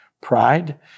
pride